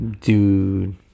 Dude